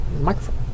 microphone